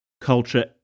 culture